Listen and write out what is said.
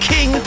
King